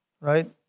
Right